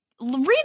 read